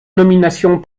nominations